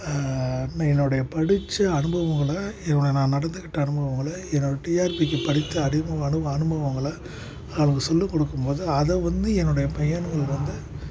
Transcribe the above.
என்னுடைய படித்த அனுபவங்களை இவன் நான் நடந்துக்கிட்டே அனுபவங்களை என்னோட டிஆர்பிக்கு படித்த அறிமுக அனுபவங்களை அவங்க சொல்லிக் கொடுக்கும்போது அதை வந்து என்னுடைய பையன்கள் வந்து